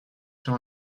sur